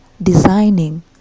Designing